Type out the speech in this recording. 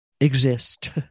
exist